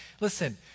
Listen